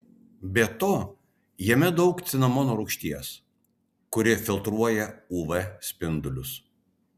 be to jame daug cinamono rūgšties kuri filtruoja uv spindulius